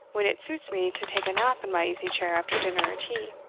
when it suits me to take a nap in my easy-chair after dinner or tea.